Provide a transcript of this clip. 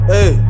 Hey